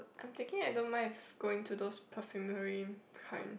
I'm thinking I don't mind if going to those perfumery kind